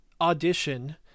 audition